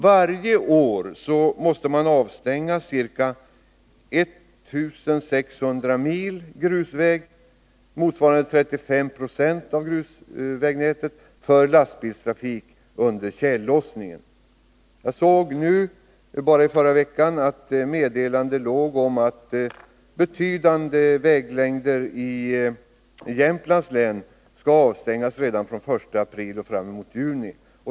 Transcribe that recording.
Varje år måste man under tjällossningen avstänga ca 1 600 mil grusväg, motsvarande 35 Yo av grusvägsnätet, för lastbilstrafik. Jag såg under förra veckan att det låg ett meddelande om att betydande vägsträckor i Jämtlands län skall avstängas redan fr.o.m. den 1 april fram till juni.